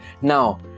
now